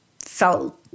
felt